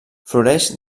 floreix